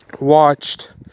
watched